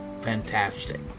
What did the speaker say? fantastic